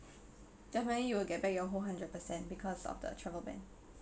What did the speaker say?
definitely you will get back your whole hundred percent because of the travel ban